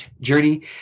journey